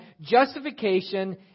justification